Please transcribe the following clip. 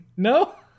No